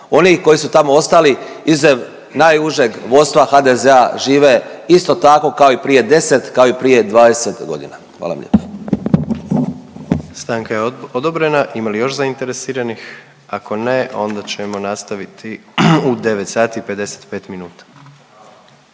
Oni koji su tamo ostali izuzev najužeg vodstva HDZ-a žive isto tako kao i prije 10, kao i prije 20 godina. Hvala vam lijepo. **Jandroković, Gordan (HDZ)** Stanka je odobrena. Ima li još zainteresiranih? Ako ne onda ćemo nastaviti u 9 sati i 55 minuta.